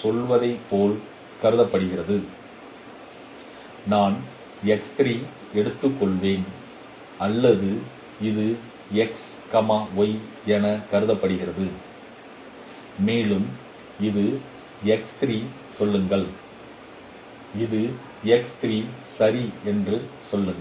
சொல்வது போல் கருதப்படுகிறது நான் எடுத்துக்கொள்வேன் அல்லது இது x y எனக் கருதப்படுகிறது மேலும் இது சொல்லுங்கள் இது சரி என்று சொல்லுங்கள்